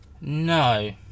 no